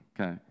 Okay